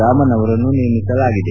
ರಾಮನ್ ಅವರನ್ನು ನೇಮಿಸಲಾಗಿದೆ